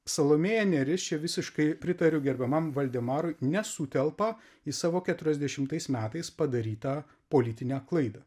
salomėja nėris čia visiškai pritariu gerbiamam valdemarui nesutelpa į savo keturiasdešimtais metais padarytą politinę klaidą